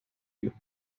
you